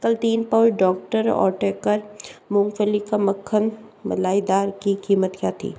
कल तीन pouch doctor Oetker मूँगफली का मक्खन मलाईदार की कीमत क्या थी